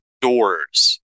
doors